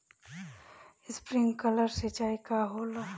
Sprinkler सिंचाई का होला?